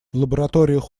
лабораториях